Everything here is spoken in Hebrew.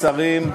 שרים,